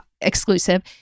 exclusive